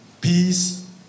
peace